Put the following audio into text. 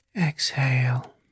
exhale